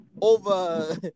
over